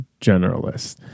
generalist